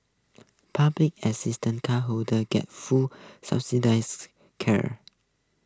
public assistance cardholders got full subsidised care